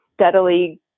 steadily